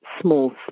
small